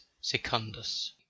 Secundus